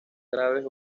graves